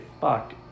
fuck